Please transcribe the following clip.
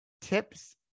tips